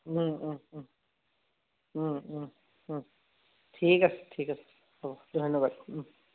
ঠিক আছে ঠিক আছে হ'ব ধন্যবাদ